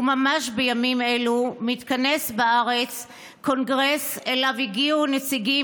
וממש בימים אלה מתכנס בארץ קונגרס שאליו הגיעו נציגים